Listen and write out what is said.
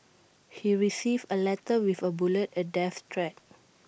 he received A letter with A bullet A death threat